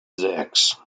sechs